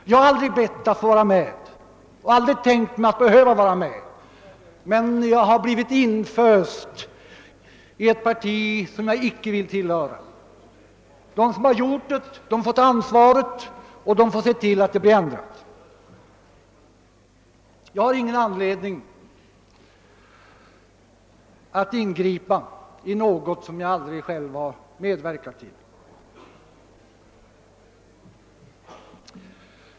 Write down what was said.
Jag har aldrig bett att få vara med och aldrig tänkt mig att behöva vara med, men jag har blivit inföst i ett parti som jag icke vill tillhöra. De som har gjort det får ta ansvaret och de får se till att det blir ändrat. Jag har ingen anledning att ingripa i något, som jag aldrig själv har medverkat till.